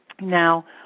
Now